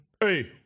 Hey